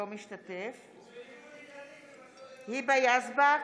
אינו משתתף בהצבעה היבה יזבק,